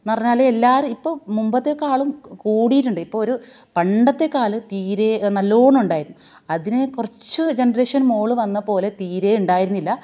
എന്ന് പറഞ്ഞാൽ എല്ലാവരും ഇപ്പോൾ മുമ്പത്തേക്കാളും കൂ കൂടീട്ടുണ്ട് ഇപ്പൊവൊരു പണ്ടത്തെക്കാലത്ത് തീരെ നല്ലോണം ഉണ്ടായിരുന്നു അതിനെ കുറച്ചു ജനറേഷന് മോള് വന്നപോലെ തീരേ ഉണ്ടായിരുന്നില്ല